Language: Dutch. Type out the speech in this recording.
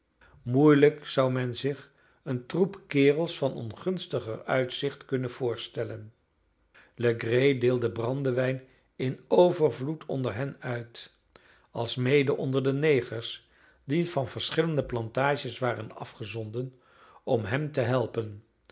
moeielijk zou men zich een troep kerels van ongunstiger uitzicht kunnen voorstellen legree deelde brandewijn in overvloed onder hen uit alsmede onder de negers die van verschillende plantages waren afgezonden om hem te helpen